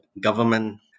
government